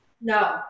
No